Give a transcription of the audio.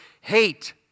hate